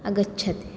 आगच्छति